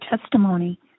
testimony